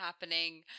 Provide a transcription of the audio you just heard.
happening